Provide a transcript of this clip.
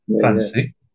Fancy